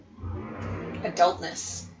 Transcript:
adultness